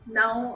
now